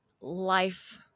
life